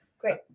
great